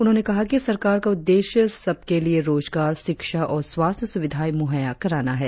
उन्होंने कहा कि सरकार का उद्देश्य सबके लिए रोजगार शिक्षा और स्वास्थ्य सुविधाए मुहैया कराना है